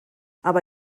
aber